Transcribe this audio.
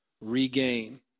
regain